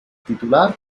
titular